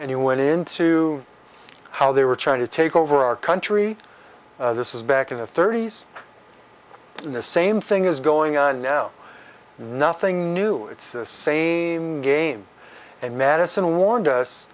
you went into how they were trying to take over our country this is back in the thirty's in the same thing is going on now nothing new it's the same game and madison warned us